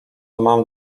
mam